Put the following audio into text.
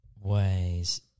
ways